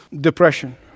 depression